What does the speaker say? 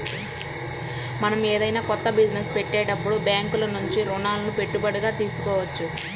మనం ఏదైనా కొత్త బిజినెస్ పెట్టేటప్పుడు బ్యేంకుల నుంచి రుణాలని పెట్టుబడిగా తీసుకోవచ్చు